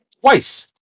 Twice